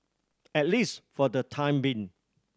at least for the time being